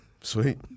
sweet